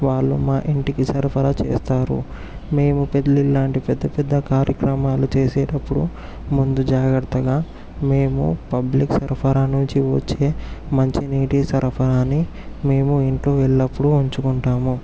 వాళ్ళు మా ఇంటికి సరఫరా చేస్తారు మేము పెళ్లిళ్లు లాంటి పెద్ద పెద్ద కార్యక్రమాలు చేసేటప్పుడు ముందు జాగ్రత్తగా మేము పబ్లిక్ సరఫరా నుంచి వచ్చే మంచి నీటి సరఫరాని మేము ఇంట్లో ఎల్లప్పుడూ ఉంచుకుంటాము